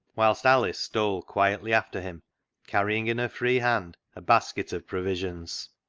whilst alice stole quietly after him carrying in her free hand a basket of provisions.